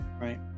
right